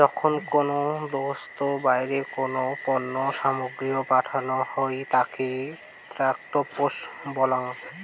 যখন কোনো দ্যাশোতর বাইরে কোনো পণ্য সামগ্রীকে পাঠানো হই তাকে এক্সপোর্ট বলাঙ